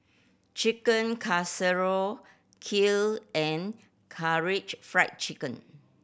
Chicken Casserole Kheer and Karaage Fried Chicken